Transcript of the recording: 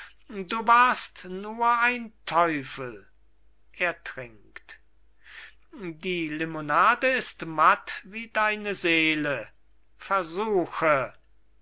du nicht du warst nur ein teufel er trinkt die limonade ist matt wie deine seele versuche